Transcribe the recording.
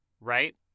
right